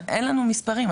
אבל אין לנו מספרים,